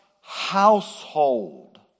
household